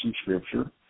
scripture